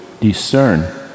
discern